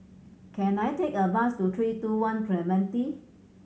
can I take a bus to Three Two One Clementi